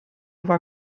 war